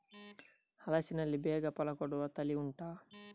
ಹಲಸಿನಲ್ಲಿ ಬೇಗ ಫಲ ಕೊಡುವ ತಳಿ ಉಂಟಾ